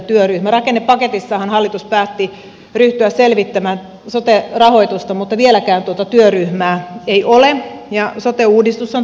rakennepaketissahan hallitus päätti ryhtyä selvittämään sote rahoitusta mutta vieläkään tuota työryhmää ei ole ja sote uudistus on torso ilman rahoitusratkaisua